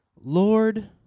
Lord